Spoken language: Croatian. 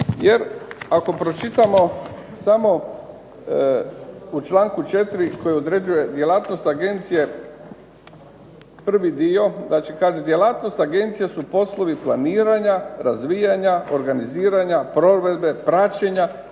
Jer ako pročitamo samo u čl. 4. koji određuje djelatnost agencije, prvi dio. Znači kaže: "Djelatnost agencije su poslovi planiranja, razvijanja, organiziranja, provedbe, praćenja